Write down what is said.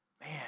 Man